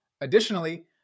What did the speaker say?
Additionally